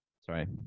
Sorry